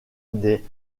des